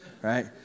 right